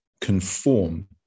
conform